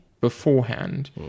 beforehand